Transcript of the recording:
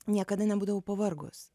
niekada nebūdavau pavargus